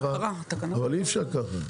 --- אי-אפשר ככה.